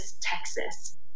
Texas